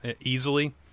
easily